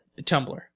Tumblr